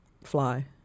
fly